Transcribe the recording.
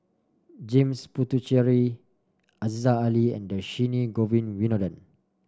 James Puthucheary Aziza Ali and Dhershini Govin Winodan